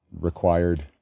required